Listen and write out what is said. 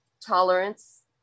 tolerance